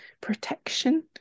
protection